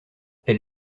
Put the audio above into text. elle